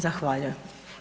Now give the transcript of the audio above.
Zahvaljujem.